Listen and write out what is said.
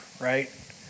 right